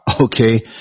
Okay